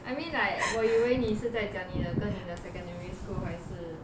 I mean like 我以为你是在讲你的跟你的 secondary school 还是